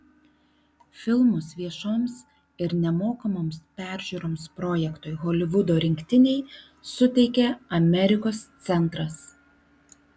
filmus viešoms ir nemokamoms peržiūroms projektui holivudo rinktiniai suteikė amerikos centras